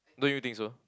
don't you think so